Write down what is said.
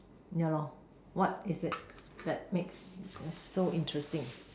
ya lah what is it that makes it so interesting